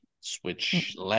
switch